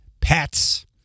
pets